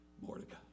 Mordecai